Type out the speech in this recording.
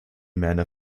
meiner